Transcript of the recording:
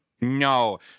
No